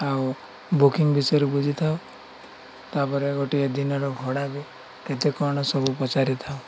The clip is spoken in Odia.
ଆଉ ବୁକିଙ୍ଗ ବିଷୟରେ ବୁଝିଥାଉ ତାପରେ ଗୋଟିଏ ଦିନର ଭଡ଼ା କେତେ କଣ ସବୁ ପଚାରିଥାଉ